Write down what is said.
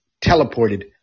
teleported